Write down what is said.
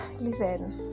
listen